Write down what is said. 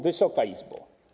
Wysoka Izbo!